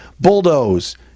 bulldoze